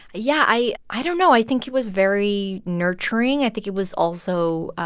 yeah, i i don't know. i think it was very nurturing. i think it was also